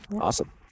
Awesome